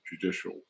judicial